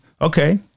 Okay